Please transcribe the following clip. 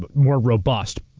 but more robust,